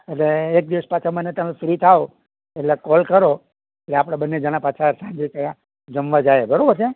એટલે એકદિવસ તમે ફ્રી થાવ એટલે કોલ કરો એટલે આપણે બંને જણા પાછા ત્યાં સાંજે જમવા જાઈએ બરોબર છે